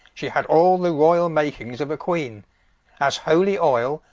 she had all the royall makings of a queene as holy oyle,